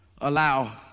allow